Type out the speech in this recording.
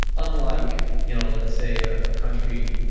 unlike, you know let's say a ah country,